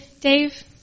Dave